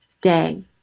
day